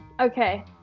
Okay